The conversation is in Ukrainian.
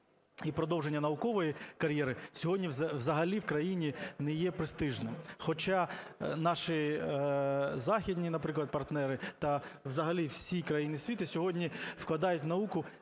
і продовження наукової кар'єри сьогодні взагалі в країні не є престижним. Хоча наші західні, наприклад, партнери та взагалі всі країни світу сьогодні вкладають в науку